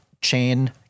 Chain